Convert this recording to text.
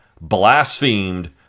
blasphemed